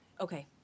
Okay